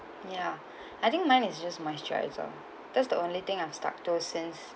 ya I think mine is just moisturiser that's the only thing I'm started since